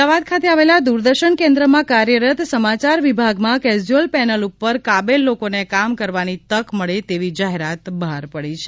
અમદાવાદ ખાતે આવેલા દૂરદર્શન કેન્દ્રમાં કાર્યરત સમાચાર વિભાગ માં કેસ્યુઅલ પેનલ ઉપર કાબેલ લોકો ને કામ કરવાની તક મળે તેવી જાહેરાત બહાર પડી છે